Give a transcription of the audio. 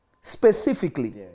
specifically